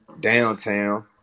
downtown